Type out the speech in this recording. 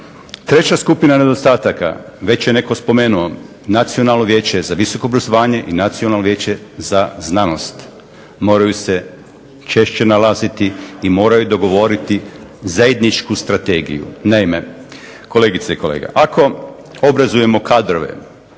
Treća skupina nedostataka. Već je netko spomenuo, Nacionalno vijeće za visoko obrazovanje i Nacionalno vijeće za znanost moraju se češće nalaziti i moraju dogovoriti zajedničku strategiju. Naime, kolegice i kolege, ako obrazujemo kadrove